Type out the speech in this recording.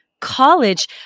college